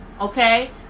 okay